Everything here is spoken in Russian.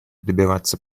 добиваться